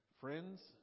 friends